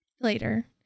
Later